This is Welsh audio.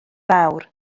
fawr